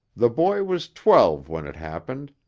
the boy was twelve when it happened.